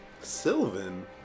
Sylvan